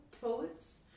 poets